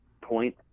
point